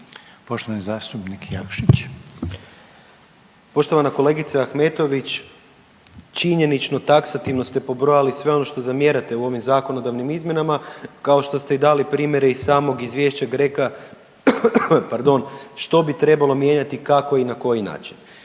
Poštovani zastupnik Jakšić. **Jakšić, Mišel (SDP)** Poštovana kolegice Ahmetović, činjenično, taksativno ste pobrojali sve ono što zamjerate u ovim zakonodavnim izmjenama kao što ste i dali primjere iz samog izvješća GRECO-a, pardon, što bi trebalo mijenjati, kako i na koji način.